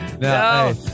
No